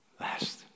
Last